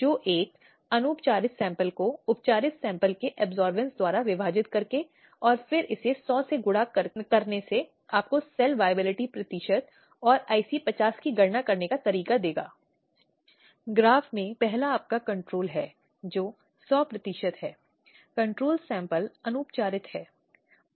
यह एक दुर्भाग्यपूर्ण स्थिति है क्योंकि कानून और प्रक्रिया कहीं भी मामलों की बर्ख़ास्तगी या मध्यस्थता के किसी भी तरीके की अनुमति नहीं देती है